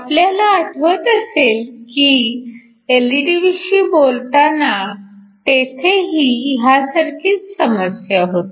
आपल्याला आठवत असेल की एलईडीविषयी बोलताना तेथेही ह्यासारखीच समस्या होती